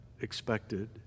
expected